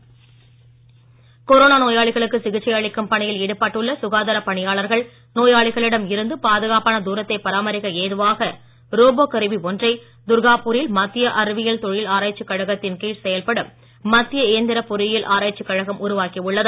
ரோபா corona நோயாளிகளுக்கு சிகிச்சை அளிக்கும் பணியில் ஈடுபட்டுள்ள சுகாதாரப் பணியாளர்கள் நோயாளிகளிடம் இருந்து பாதுகாப்பான தூரத்தை பராமரிக்க ஏதுவாக ரோபோ கருவி ஒன்றை துர்காபூரில் மத்திய அறிவியல் தொழில் ஆராய்ச்சிக் கழகத்தின் கீழ் செயல்படும் மத்திய இயந்திர பொறியியல் ஆராய்ச்சிக் கழகம் உருவாக்கி உள்ளது